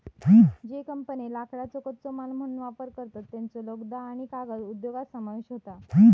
ज्ये कंपन्ये लाकडाचो कच्चो माल म्हणून वापर करतत, त्येंचो लगदा आणि कागद उद्योगात समावेश होता